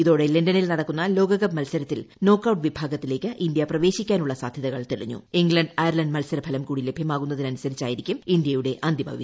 ഇതോടെ ലണ്ടനിൽ നടക്കുന്ന ലോകകപ്പ് മൽസരത്തിൽ നോക്ക് ഔട്ട് വിഭാഗത്തിലേക്ക് ഇന്ത്യ പ്രവേശിക്കാനുള്ള സാധ്യതകൾ തെളിഞ്ഞും ഇംഗ്ലണ്ട് അയർലന്റ് മൽസരഫലം കൂടി ലഭ്യമാകുന്നതിന് അനുസരിച്ചായിരിക്കും ഇന്ത്യയുടെ അന്തിമ വിധി